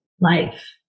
life